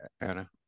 Anna